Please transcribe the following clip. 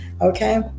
okay